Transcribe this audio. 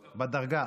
בדרגה.